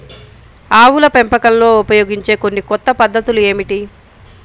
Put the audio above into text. ఆవుల పెంపకంలో ఉపయోగించే కొన్ని కొత్త పద్ధతులు ఏమిటీ?